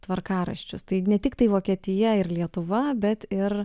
tvarkaraščius tai ne tik tai vokietija ir lietuva bet ir